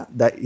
da